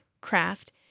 craft